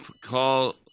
call